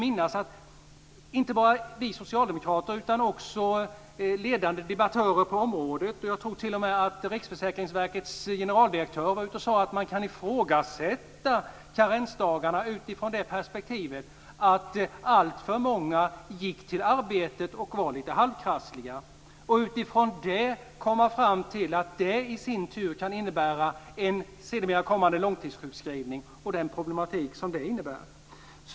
Inte bara vi socialdemokrater utan också ledande debattörer på området har sagt att man kan ifrågasätta karensdagarna utifrån det perspektivet att alltför många gick till arbetet och var lite halvkrassliga, och jag tror t.o.m. att Riksförsäkringsverkets generaldirektör har sagt det. Det kan i sin tur innebära en kommande långtidssjukskrivning med de problem som det innebär.